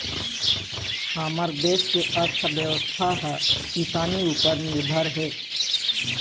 हमर देस के अर्थबेवस्था ह किसानी उपर निरभर हे